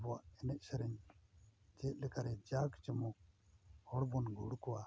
ᱟᱵᱚᱣᱟᱜ ᱮᱱᱮᱡ ᱥᱮᱨᱮᱧ ᱪᱮᱫ ᱞᱮᱠᱟᱨᱮ ᱡᱟᱠ ᱡᱚᱢᱚᱠ ᱦᱚᱲ ᱵᱚᱱ ᱜᱩᱲ ᱠᱚᱣᱟ